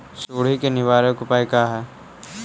सुंडी के निवारक उपाय का हई?